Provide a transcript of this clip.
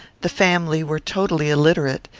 the family were totally illiterate.